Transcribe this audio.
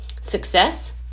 Success